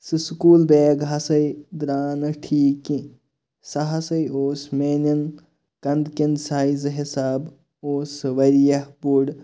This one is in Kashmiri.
سُہ سکوٗل بیگ ہَسا درٛاو نہٕ ٹھیٖک کینٛہہ سُہ ہَسا اوس میانٮ۪ن کَندٕ کٮ۪ن سایز حِسابہٕ اوس سُہ واریاہ بوٚڑ